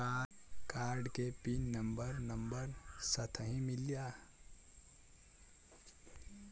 Card के pin number number साथही मिला?